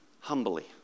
humbly